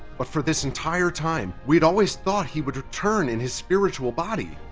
but for this entire time, we'd always thought he would return in his spiritual body.